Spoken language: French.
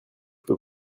peux